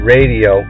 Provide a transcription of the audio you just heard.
Radio